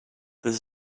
this